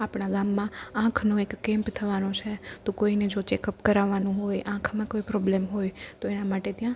આપણા ગામમાં આંખનો એક કેમ્પ થવાનો છે તો કોઈને જો ચેકઅપ કરાવાનું હોય આંખમાં કોઈ પ્રોબ્લ્મ હોય તો એના માટે ત્યાં